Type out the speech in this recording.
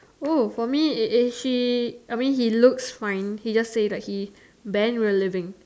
oh for me is is she I mean he looks fine he just say like he band will live in